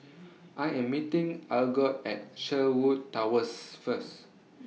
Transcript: I Am meeting Algot At Sherwood Towers First